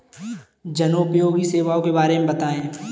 जनोपयोगी सेवाओं के बारे में बताएँ?